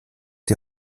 die